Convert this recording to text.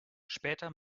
später